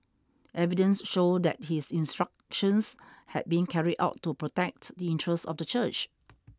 evidence showed that his instructions had been carried out to protect the interests of the church